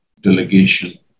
delegation